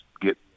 get